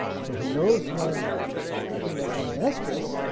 so if he knows when a female's having estrus,